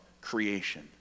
creation